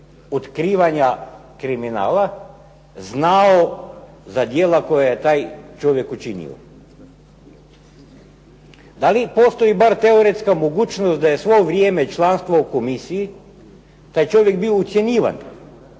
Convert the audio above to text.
otkrivanja kriminala znao za dijela koja je taj čovjek učinio? Da li postoji bar teoretska mogućnost da je svo vrijeme članstva u komisiji taj čovjek bio ucjenjivan